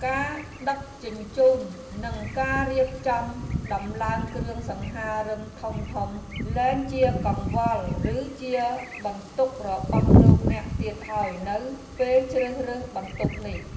ការដឹកជញ្ជូននិងការរៀបចំដំឡើងគ្រឿងសង្ហារិមធំៗលែងជាកង្វល់ ឬជាបន្ទុករបស់លោកអ្នកទៀតហើយនៅពេលជ្រើសរើសបន្ទប់នេះ។